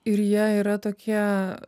ir jie yra tokie